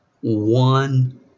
one